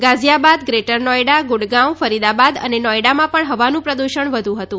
ગાજીયાબાદ ગ્રેટરનોઇડા ગુડગાંવ ફરિદાબાદ અને નોઇડામાં પણ હવાનું પ્રદૃષણ વધુ હતું